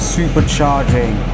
supercharging